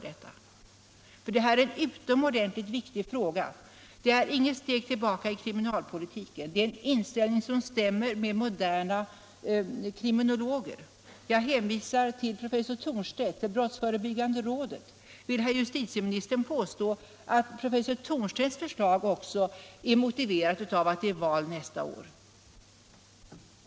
Det är en utomordentligt viktig fråga, vi tar inget steg tillbaka i kriminalpolitiken, vår inställning stämmer med moderna kriminologers. Jag hänvisar till professor Thornstedt och brottsförebyggande rådet. Vill herr justitieministern påstå att professor Thornstedts förslag också är motiverat av att det är val nästa år?